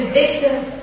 victims